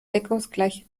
deckungsgleiche